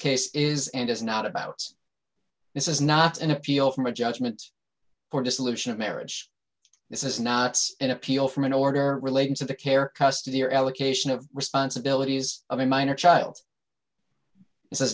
case is and is not about this is not an appeal from a judgment or dissolution of marriage this is not an appeal from an order relating to the care custody or allocation of responsibilities of a minor child